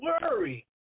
worry